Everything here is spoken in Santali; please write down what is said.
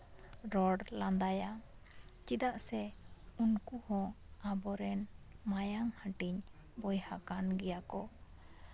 ᱨᱚᱲ ᱞᱟᱸᱫᱟᱭᱟ ᱪᱮᱫᱟᱜ ᱥᱮ ᱩᱱᱠᱩ ᱦᱚᱸ ᱟᱵᱚ ᱨᱮᱱ ᱢᱟᱭᱟᱝ ᱦᱟᱹᱴᱤᱧ ᱵᱚᱭᱦᱟ ᱠᱟᱱ ᱜᱮᱭᱟ ᱠᱚ